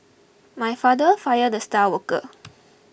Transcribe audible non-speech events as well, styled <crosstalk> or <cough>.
my father fired the star worker <noise>